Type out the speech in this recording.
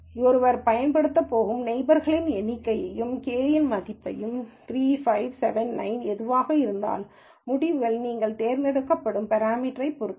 ஒருவர் பயன்படுத்தப் போகும் நெய்பர்ஸ்களின் எண்ணிக்கையையும் k இன் மதிப்பு 3 5 7 9 எதுவாக இருந்தாலும் முடிவுகள் நீங்கள் தேர்ந்தெடுக்கும் பெராமீட்டர்வைப் பொறுத்தது